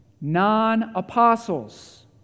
non-apostles